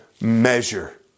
measure